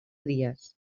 dies